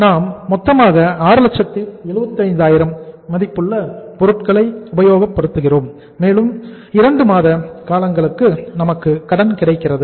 நான் மொத்தமாக 675000 மதிப்புள்ள பொருட்கள் உபயோகப்படுத்துகிறோம் மேலும் இரண்டு மாத காலங்களுக்கு நமக்கு கடன் கிடைக்கிறது